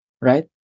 right